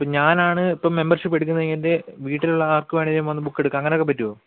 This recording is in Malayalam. ഇപ്പം ഞാനാണ് ഇപ്പോൾ മെമ്പര്ഷിപ്പ് എടുക്കുന്നതെങ്കിൽ എന്റെ വീട്ടിലുള്ള ആര്ക്ക് വേണമെങ്കിലും വന്ന് ബുക്ക് എടുക്കാന് അങ്ങനെ ഒക്കെ പറ്റുമോ